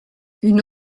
une